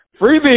Freebie